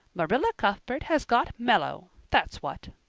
marilla cuthbert has got mellow. that's what.